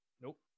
Nope